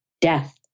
death